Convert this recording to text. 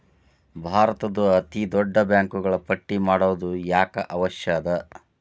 ಭಾರತದ್ದು ಅತೇ ದೊಡ್ಡ ಬ್ಯಾಂಕುಗಳ ಪಟ್ಟಿ ಮಾಡೊದು ಯಾಕ್ ಅವಶ್ಯ ಅದ?